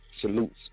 salutes